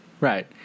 Right